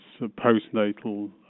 postnatal